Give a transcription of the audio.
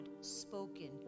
spoken